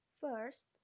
First